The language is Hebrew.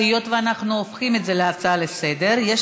היות שאנחנו הופכים את זה להצעה לסדר-היום,